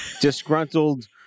disgruntled